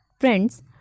Friends